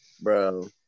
Bro